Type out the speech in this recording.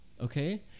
Okay